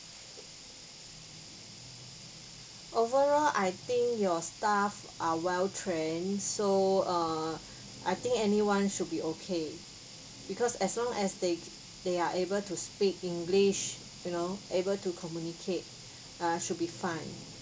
overall I think your staff are well trained so err I think anyone should be okay because as long as they they are able to speak english you know able to communicate uh should be fine